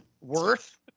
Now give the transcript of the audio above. Worth